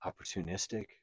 opportunistic